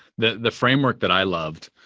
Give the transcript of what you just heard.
the the framework that i loved,